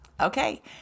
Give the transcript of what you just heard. Okay